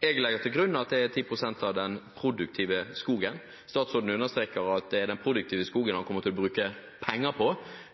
Jeg legger til grunn at det er 10 pst. av den produktive skogen. Statsråden understreker at det er den produktive skogen han kommer til å bruke penger på,